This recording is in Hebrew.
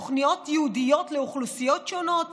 תוכניות ייעודיות לאוכלוסיות שונות